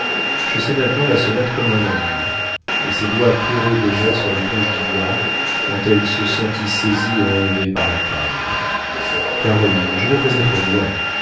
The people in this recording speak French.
je sais maintenant ma sonate comme un ange et ses doigts couraient déjà sur les touches d'ivoire quand elle se sentit saisie et enlevée par la taille caroline je devrais être loin